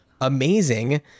amazing